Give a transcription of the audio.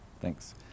Thanks